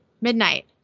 midnight